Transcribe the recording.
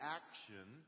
action